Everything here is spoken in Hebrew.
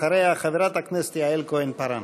אחריה חברת הכנסת יעל כהן-פארן.